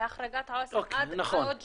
והחרגת העו"סים עד עוד שבועיים.